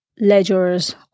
ledger's